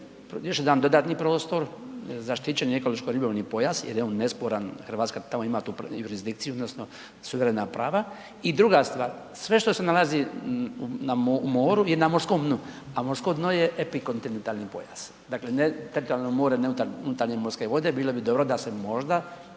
još jedan dodatni prostor ZERP jer je on nesporan, RH tamo ima tu jurisdikciju odnosno suverena prava. I druga stvar, sve što se nalazi na moru i na morskom dnu, a morsko dno je epikontinentalni pojas. Dakle ne, teritorijalno more, ne unutar, unutarnje morske vode bilo bi dobro da se možda